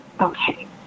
Okay